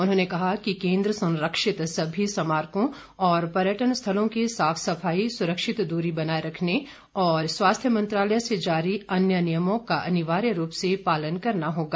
उन्होंने कहा कि केन्द्र संरक्षित सभी स्मारकों और पर्यटन स्थलों की साफ सफाई सुरक्षित दूरी बनाये रखने और स्वास्थ्य मंत्रालय से जारी अन्य नियमों का अनिवार्य रूप से पालन करना होगा